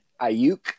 Ayuk